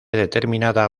determinada